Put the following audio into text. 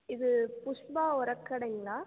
இது புஷ்பா உரக்கடங்களா